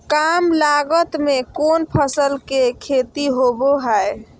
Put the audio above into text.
काम लागत में कौन फसल के खेती होबो हाय?